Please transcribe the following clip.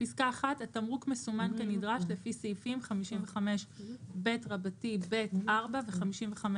התמרוק מסומן כנדרש לפי סעיפים 55ב)ב)(4) ו-155,